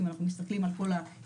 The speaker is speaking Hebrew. אם אנחנו מסתכלים על כל ההיסטוריה,